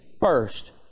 first